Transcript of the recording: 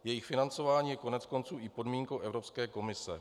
Jejich financování je koneckonců i podmínkou Evropské komise.